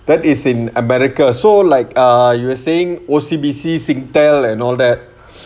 that is in america so like ah you were saying O_C_B_C singtel and all that